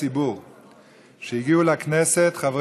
לכנסת וצופים בנו כעת מיציע הציבור,